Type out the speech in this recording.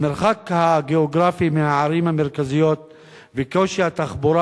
המרחק הגיאוגרפי מהערים המרכזיות וקושי התחבורה